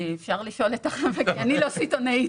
אני לא סיטונאית.